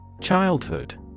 Childhood